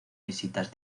visitas